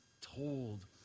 told